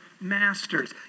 masters